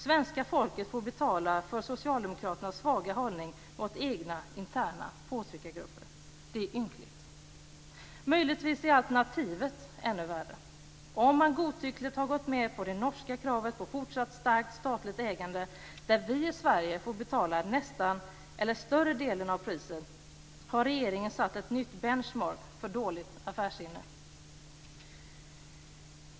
Svenska folket får betala för socialdemokraternas svaga hållning mot egna interna påtryckargrupper. Det är ynkligt. Möjligtvis är alternativet än värre. Om man godtyckligt har gått med på det norska kravet på fortsatt starkt statligt ägande, där vi i Sverige får betala större delen av priset, har regeringen satt ett nytt bench mark för dåligt affärssinne. Fru talman!